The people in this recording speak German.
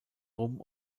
rum